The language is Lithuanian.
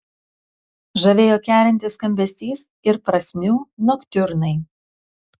žavėjo kerintis skambesys ir prasmių noktiurnai